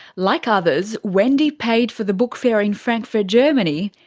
like others, wendy paid for the book fair in frankfurt, germany,